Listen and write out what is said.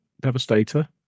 Devastator